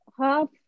half